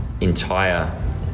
entire